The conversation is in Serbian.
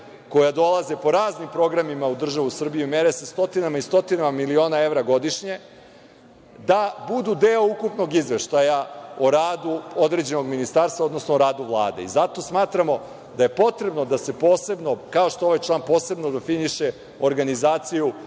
koja dolaze po raznim programima u državu Srbiju i mere se stotinama i stotinama miliona evra godišnje, da budu deo ukupnog izveštaja o radu određenog ministarstva, odnosno o radu Vlade. Zato smatramo da je potrebno da se posebno, kao što ovaj član posebno definiše organizaciju